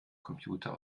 computer